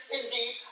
indeed